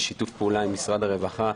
בשיתוף פעולה עם משרד הרווחה,